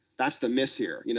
that's the miss here. you know